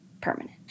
permanent